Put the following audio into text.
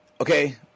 Okay